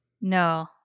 No